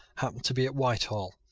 happened to be at whitehall.